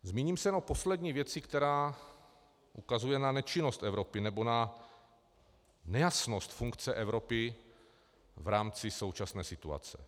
Zmíním se o poslední věci, která ukazuje na nečinnost Evropy, nebo na nejasnost funkce Evropy v rámci současné situace.